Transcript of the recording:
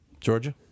Georgia